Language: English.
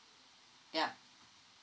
yeah